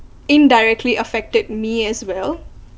indirectly affected me as well